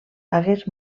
hagués